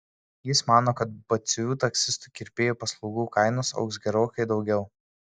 jis mano kad batsiuvių taksistų kirpėjų paslaugų kainos augs gerokai daugiau